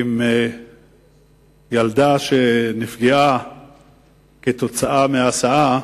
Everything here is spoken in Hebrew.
הילדה שנפגעה בהסעה,